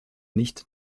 nicht